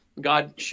God